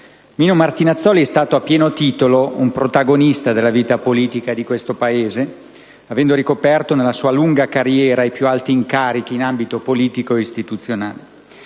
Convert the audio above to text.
Mino Martinazzoli è stato a pieno titolo un protagonista della vita politica di questo Paese, avendo ricoperto nella sua lunga carriera i più alti incarichi in ambito politico e istituzionale.